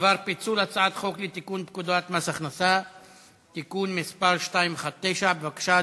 בדבר פיצול הצעת חוק לתיקון פקודת מס הכנסה (מס' 219). בבקשה,